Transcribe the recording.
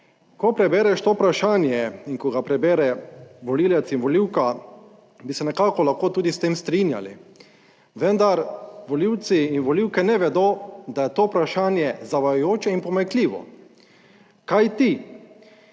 Ko prebereš to vprašanje in ko ga prebere volivec in volivka, bi se nekako lahko tudi s tem strinjali, vendar volivci in volivke ne vedo, da je to vprašanje zavajajoče in pomanjkljivo. Kajti